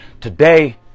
today